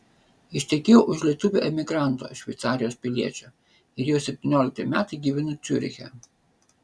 ištekėjau už lietuvio emigranto šveicarijos piliečio ir jau septyniolikti metai gyvenu ciuriche